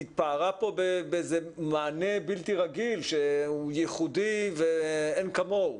היא התפארה פה במענה בלתי רגיל שהוא ייחודי ואין כמוהו.